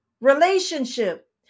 relationship